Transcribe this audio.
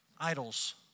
idols